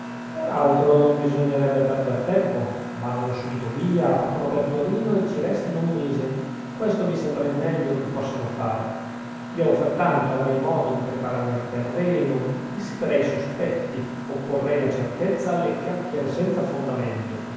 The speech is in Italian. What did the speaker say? altro non bisognerebbe perder tempo vadano subito via partano per torino e ci restino un mese questo mi sembra il meglio che possano fare io frattanto avrei modo di preparare il terreno dissiperei i sospetti opporrei la certezza alla chiacchiere senza fondamento